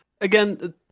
Again